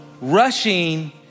Rushing